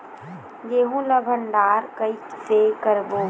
गेहूं ला भंडार कई से करबो?